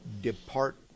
depart